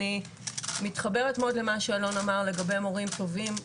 אני מתחברת מאוד לגבי מה שאלון אמר לגבי מורים טובים,